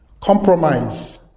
compromise